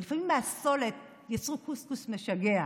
ולפעמים מהסולת יצרו קוסקוס משגע.